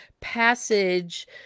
passage